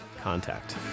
contact